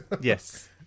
Yes